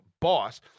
boss